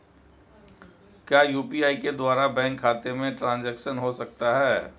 क्या यू.पी.आई के द्वारा बैंक खाते में ट्रैन्ज़ैक्शन हो सकता है?